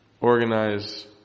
Organize